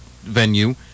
venue